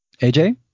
AJ